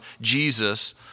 Jesus